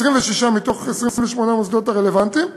ב-26 מ-28 המוסדות הרלוונטיים,